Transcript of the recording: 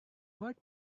what